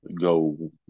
go